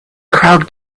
crowd